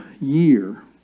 year